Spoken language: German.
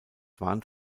warnt